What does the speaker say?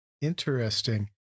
Interesting